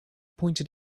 pointed